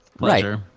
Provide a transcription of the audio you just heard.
Right